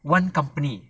one company